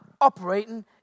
operating